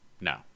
No